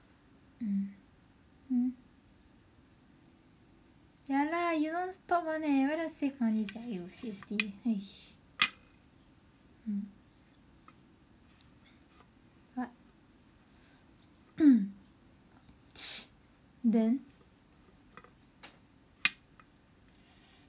mm hmm ya lah you non stop one leh why don't want save money sia !aiyo! seriously !hais! mm what then